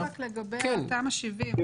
אולי להסביר רק לגבי התמ"א 70. כן,